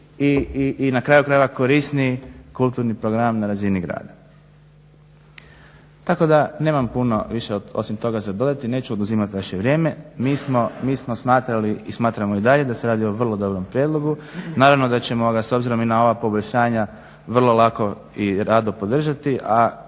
i na kraju krajeva korisniji kulturni program na razini grada. Tako da nemam puno više osim toga za dodati, neću oduzimati vaše vrijeme. Mi smo smatrali i smatramo i dalje da se radi o vrlo dobrom prijedlogu, naravno da ćemo ga s obzirom i na ova poboljšanja vrlo lako i rado podržati, a